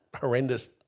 horrendous